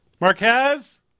Marquez